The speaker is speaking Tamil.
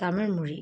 தமிழ்மொழி